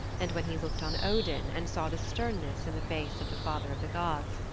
and when he looked on odin and saw the sternness in the face of the father of the gods,